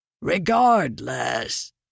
Regardless